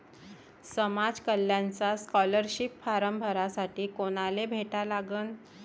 समाज कल्याणचा scholarship form भरासाठी कुनाले भेटा लागन?